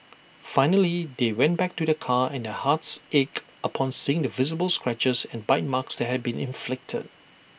finally they went back to their car and their hearts ached upon seeing the visible scratches and bite marks had been inflicted